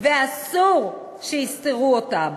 ואסור שיסתרו אותם.